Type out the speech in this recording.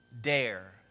Dare